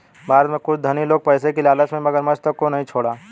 भारत में कुछ धनी लोग पैसे की लालच में मगरमच्छ तक को नहीं छोड़ा